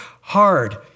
hard